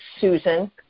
Susan